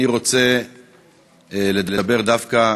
אני רוצה דווקא,